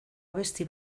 abesti